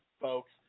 folks